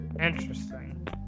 interesting